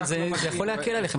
אבל זה יכול להקל עליכם.